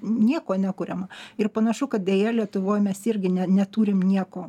nieko nekuriama ir panašu kad deja lietuvoj mes irgi ne neturim nieko